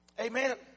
Amen